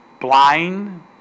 blind